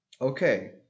okay